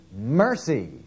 mercy